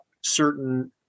certain